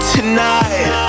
Tonight